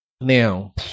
Now